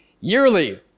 yearly